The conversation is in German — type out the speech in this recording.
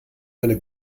meine